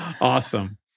Awesome